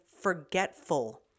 forgetful